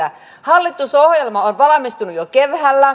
hallitusohjelma on valmistunut jo keväällä